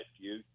view